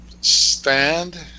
stand